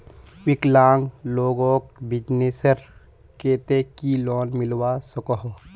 विकलांग लोगोक बिजनेसर केते की लोन मिलवा सकोहो?